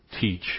teach